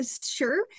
sure